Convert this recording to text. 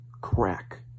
crack